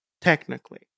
Technically